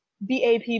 BAP